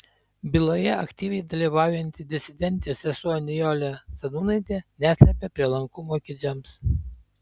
byloje aktyviai dalyvaujanti disidentė sesuo nijolė sadūnaitė neslepia prielankumo kedžiams